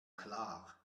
klar